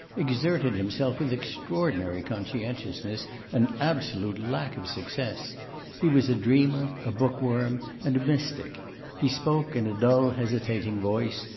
exerted himself with extraordinary conscientiousness and absolute lack of success he was a dreamer, a bookworm, and a mystic he spoke in a dull, hesitating voice,